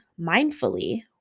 mindfully